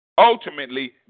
ultimately